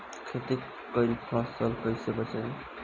खेती कईल फसल कैसे बचाई?